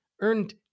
earned